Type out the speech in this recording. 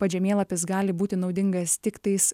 pats žemėlapis gali būti naudingas tiktais